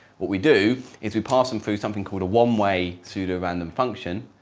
what we do is we pass them through something called a one way pseudorandom function.